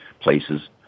places